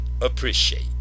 appreciate